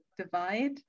divide